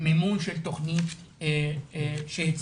מימון של תוכנית שהצליחה?